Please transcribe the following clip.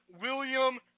William